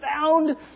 found